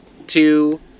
two